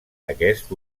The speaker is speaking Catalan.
aquest